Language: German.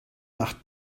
nach